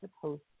supposed